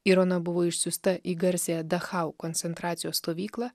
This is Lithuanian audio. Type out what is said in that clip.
ir ona buvo išsiųsta į garsiąją dachau koncentracijos stovyklą